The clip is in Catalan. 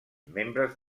membres